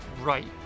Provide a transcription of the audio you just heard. right